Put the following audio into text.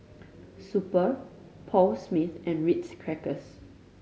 Super Paul Smith and Ritz Crackers